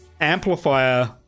amplifier